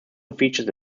featured